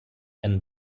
and